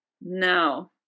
No